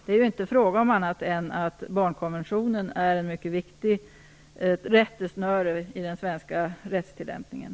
Det är ju inte fråga om annat än att barnkonventionen är ett mycket viktigt rättesnöre i den svenska rättstillämpningen.